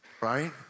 right